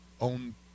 own